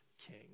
king